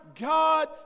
God